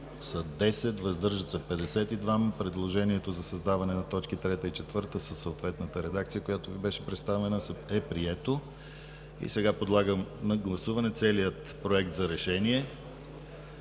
създаване на точки 3 и 4 със съответната редакция, която Ви беше представена, е прието. Сега подлагам на гласуване целия Проект за решение,